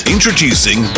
Introducing